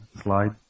slide